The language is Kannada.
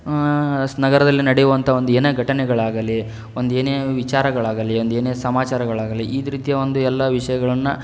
ನಗರದಲ್ಲಿ ನಡೆಯುವಂಥ ಒಂದು ಏನೇ ಘಟನೆಗಳಾಗಲಿ ಒಂದು ಏನೇ ವಿಚಾರಗಳಾಗಲಿ ಒಂದು ಏನೇ ಸಮಾಚಾರಗಳಾಗಲಿ ಈ ರೀತಿಯ ಒಂದು ಎಲ್ಲ ವಿಷಯಗಳನ್ನು